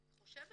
לדעתי,